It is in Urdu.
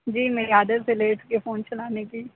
جی میری عادت ہے لیٹ کے فون چلانے کی